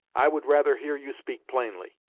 i would rather hear you speak plainly.